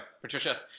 Patricia